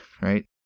right